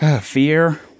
Fear